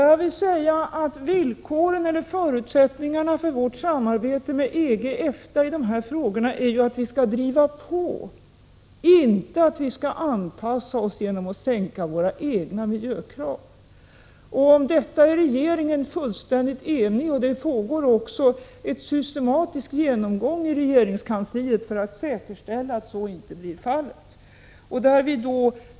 Jag vill säga att förutsättningen för vårt samarbete med EG och EFTA i de här frågorna är att vi skall driva på, inte att vi skall anpassa oss genom att sänka våra egna miljökrav. Om detta är regeringen fullständigt enig, och det pågår en systematisk genomgång i regeringskansliet för att säkerställa att så blir fallet.